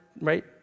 right